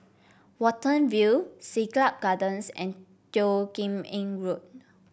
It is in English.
Watten View Siglap Gardens and Teo Kim Eng Road